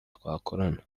twakorana